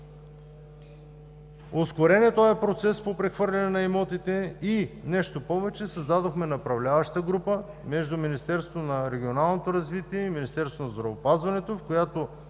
Ускорихме процеса по прехвърляне на имотите и нещо повече – създадохме направляваща група между Министерството на регионалното развитие и Министерството на здравеопазването, в която